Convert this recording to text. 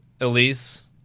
Elise